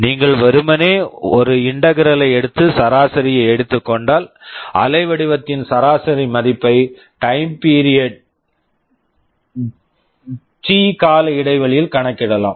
நீங்கள் வெறுமனே ஒரு இன்டெக்ரல் integral ஐ எடுத்து சராசரியை எடுத்துக் கொண்டால் அலைவடிவத்தின் சராசரி மதிப்பை time period time period T T கால இடைவெளியில் கணக்கிடலாம்